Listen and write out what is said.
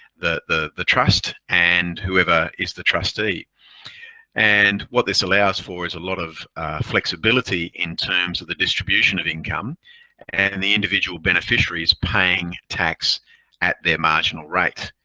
the the trust and whoever is the trustee. and what this allows for is a lot of flexibility in terms of the distribution of income and the individual beneficiaries paying tax at their marginal rate.